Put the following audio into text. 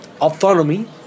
autonomy